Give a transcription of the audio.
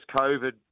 COVID